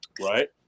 Right